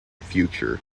future